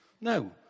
No